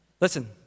Listen